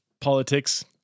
politics